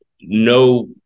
no